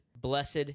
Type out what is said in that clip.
Blessed